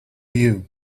you